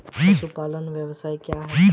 पशुपालन व्यवसाय क्या है?